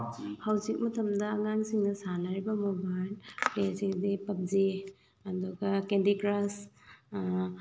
ꯍꯧꯖꯤꯛ ꯃꯇꯝꯗ ꯑꯉꯥꯡꯁꯤꯡꯅ ꯁꯥꯟꯅꯔꯤꯕ ꯃꯣꯕꯥꯏꯜ ꯄ꯭ꯂꯦꯁꯤꯗꯤ ꯄꯞꯖꯤ ꯑꯗꯨꯒ ꯀꯦꯟꯗꯤ ꯀ꯭ꯔꯁ